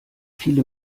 viele